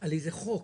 שמדבר על איזה חוק